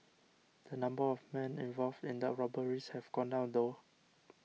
the number of men involved in the robberies have gone down though